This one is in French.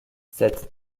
cette